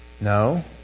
No